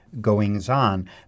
goings-on